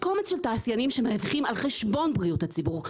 קומץ של תעשיינים שמרווחים על חשבון בריאות הציבור,